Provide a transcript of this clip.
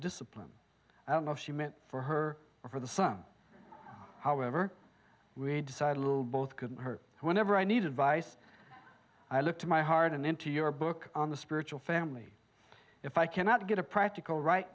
discipline i don't know if she meant for her or for the son however we decide little both could hurt whenever i need advice i look to my heart and into your book on the spiritual family if i cannot get a practical right